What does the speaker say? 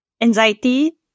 anxiety